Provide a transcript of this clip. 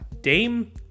Dame